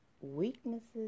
weaknesses